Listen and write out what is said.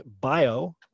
bio